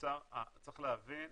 צריך להבין,